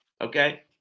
okay